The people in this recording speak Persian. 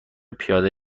پیاده